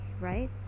right